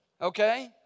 Okay